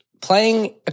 Playing